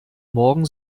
morgen